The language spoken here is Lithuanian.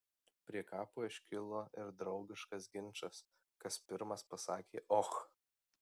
prie kapo iškilo ir draugiškas ginčas kas pirmas pasakė och